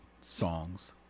songs